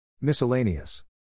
Miscellaneous